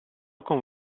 con